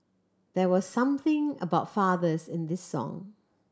there was something about fathers in this song